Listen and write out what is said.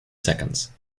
seconds